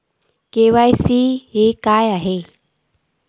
KYC ही भानगड काय?